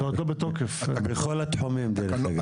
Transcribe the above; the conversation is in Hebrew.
בכל התחומים בעירייה.